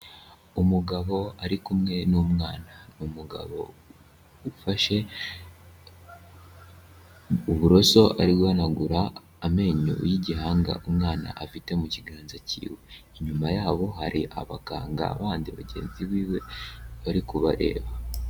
Umugabo ari kumwe n'umwana n'umugabo ufashe uburoso, ari guhanagura amenyo y'igihanga umwana afite mu kiganza kiwe inyuma yabo hari abaganga bandi bagenzi biwe bari kubareba.